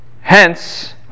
Hence